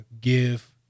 give